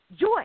joy